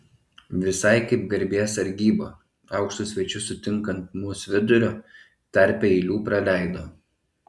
visai kaip garbės sargyba aukštus svečius sutinkant mus viduriu tarpe eilių praleido